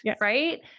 right